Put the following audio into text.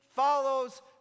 ...follows